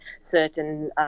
certain